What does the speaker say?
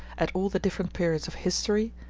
at all the different periods of history,